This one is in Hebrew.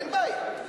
אין בעיה.